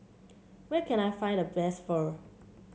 where can I find the best Pho